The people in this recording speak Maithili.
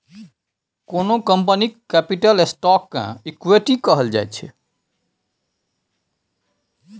कोनो कंपनीक कैपिटल स्टॉक केँ इक्विटी कहल जाइ छै